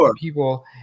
people